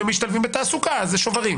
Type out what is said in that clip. אם הם משתלבים בתעסוקה אז זה שוברים.